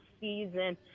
season